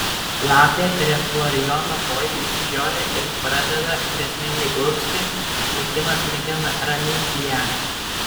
lapė prie florijono kojų išsižioja ir pradeda grėsmingai urgzti vaikinas mėgina raminti ją